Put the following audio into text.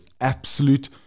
absolute